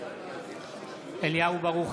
אליהו ברוכי,